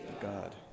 God